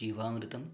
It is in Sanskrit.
जीवामृतम्